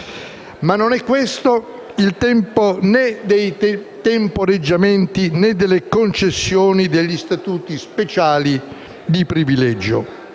Ma non è questo il tempo né dei temporeggiamenti né delle concessioni o degli statuti speciali di privilegio.